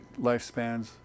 lifespans